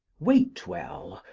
waitwell,